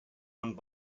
owned